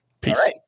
peace